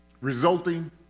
resulting